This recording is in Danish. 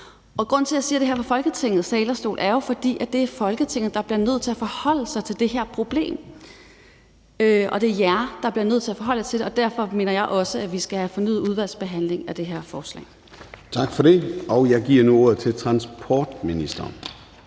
Og grunden til, at jeg siger det her fra Folketingets talerstol, er jo, at det er Folketinget, der bliver nødt til at forholde sig det her problem. Det er jer, der bliver nødt til at forholde jer til det, og derfor mener jeg også, at vi skal have en fornyet udvalgsbehandling af det her forslag. Kl. 13:33 Formanden (Søren Gade): Tak for det. Jeg giver nu ordet til transportministeren,